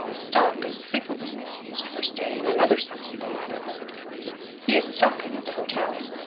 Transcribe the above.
stop is frequently misused for stay in another sense of the latter word he is stopping at the hotel.